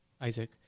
Isaac